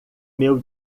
meu